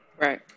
Right